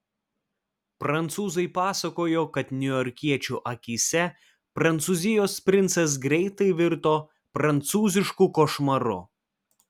prancūzai pasakojo kad niujorkiečių akyse prancūzijos princas greitai virto prancūzišku košmaru